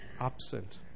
absent